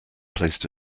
placed